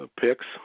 Picks